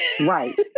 Right